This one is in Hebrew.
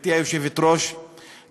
גברתי היושבת-ראש,